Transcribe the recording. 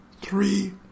three